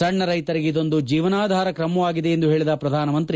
ಸಣ್ಣ ರೈತರಿಗೆ ಇದೊಂದು ಜೀವನಾಧಾರ ಕ್ರಮವಾಗಿದೆ ಎಂದು ಹೇಳಿದ ಪ್ರಧಾನಮಂತ್ರಿ